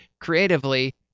Creatively